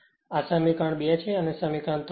આ સમીકરણ ૨ છે અને આ સમીકરણ 3 છે